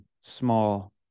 small